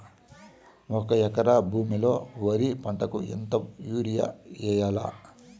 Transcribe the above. ఒక ఎకరా భూమిలో వరి పంటకు ఎంత యూరియ వేయల్లా?